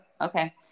okay